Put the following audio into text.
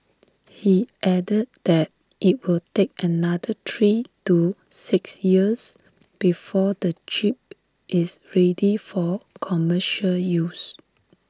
he added that IT will take another three to six years before the chip is ready for commercial use